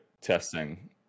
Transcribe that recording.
testing